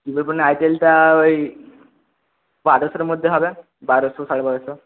কি প্যাড ফোনের আইটেলটা ওই বারোশোর মধ্যে হবে বারোশো সাড়ে বারোশো